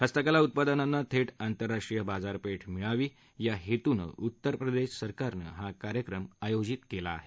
हस्तकला उत्पादनांना थेट आंतरराष्ट्रीय बाजार पेठ मिळावी या हेतूनं उत्तर प्रदेश सरकारनं हा कार्यक्रम आयोजित केला आहे